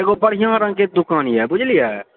एकगो बढ़िऑं रंगके दुकान यऽ बुझलिये